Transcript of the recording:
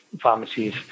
pharmacies